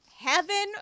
heaven